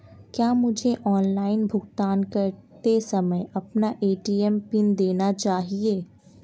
क्या मुझे ऑनलाइन भुगतान करते समय अपना ए.टी.एम पिन देना चाहिए?